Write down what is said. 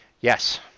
Yes